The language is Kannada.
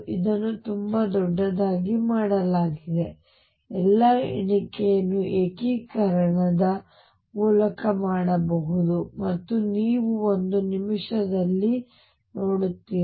ಇದನ್ನು ತುಂಬಾ ದೊಡ್ಡದಾಗಿ ಮಾಡಲಾಗಿದೆ ಎಲ್ಲಾ ಎಣಿಕೆಯನ್ನು ಏಕೀಕರಣದ ಮೂಲಕ ಮಾಡಬಹುದು ಮತ್ತು ನೀವು ಒಂದು ನಿಮಿಷದಲ್ಲಿ ನೋಡುತ್ತೀರಿ